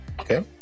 Okay